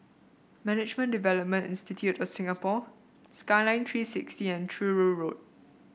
Management Development Institute of Singapore Skyline Three sixty and Truro Road